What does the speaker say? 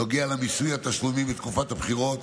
למיסוי התשלומים מתקופת הבחירות,